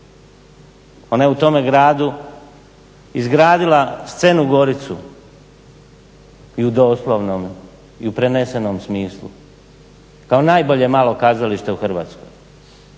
Ona je u tome gradu izgradila scenu Goricu i u doslovnom i u prenesenom kao najbolje malo kazalište u Hrvatskoj.